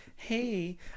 Hey